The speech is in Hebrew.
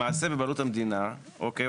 למעשה, בבעלות המדינה, אוקיי?